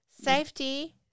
safety